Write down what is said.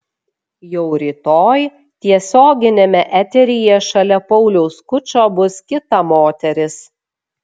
jau rytoj tiesioginiame eteryje šalia pauliaus skučo bus kita moteris